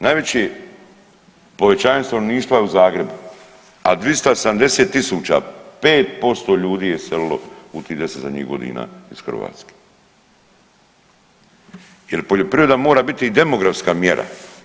Najveće povećanje stanovništva je u Zagrebu, a 270.000 5% ljudi je iselilo u tih 10 zadnjih godina iz Hrvatske jer poljoprivreda mora biti i demografska mjera.